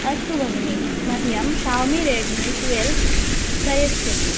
अस्तु भगिनी मह्यं शौमि रेड्मि ट्वेल्व् प्रयच्छतु